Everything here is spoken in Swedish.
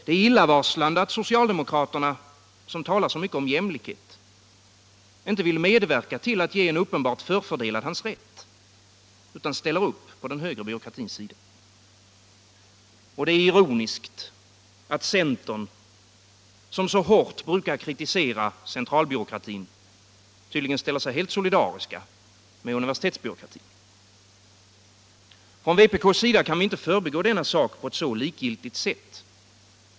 Det är illavarslande att socialdemokraterna, som talar så mycket om jämlikhet, inte vill medverka till att ge en uppenbart förfördelad hans rätt utan ställer upp på den högre byråkratins sida. Det är ironiskt att centern, som så hårt brukar kritisera centralbyråkratin, tydligen ställer sig helt solidarisk med universitetsbyråkratin. Från vpk:s sida kan vi inte förbigå denna sak på ett så likgiltigt sätt.